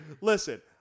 listen